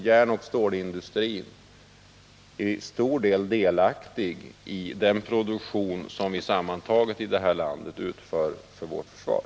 Järnoch stålindustrin är ju indirekt delaktig i den produktion som sammantaget här i landet utförs för vårt försvar.